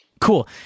cool